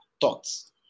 thoughts